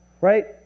Right